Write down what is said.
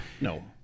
No